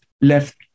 left